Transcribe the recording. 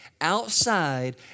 outside